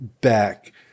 back –